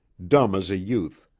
dumb as a youth.